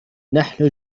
نحن